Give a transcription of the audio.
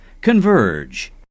converge